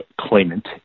claimant